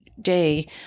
day